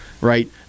right